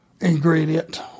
ingredient